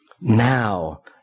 Now